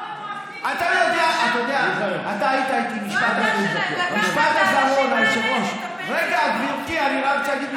אתה יודע, אתה יודע, מיכאל, אחר כך נתווכח.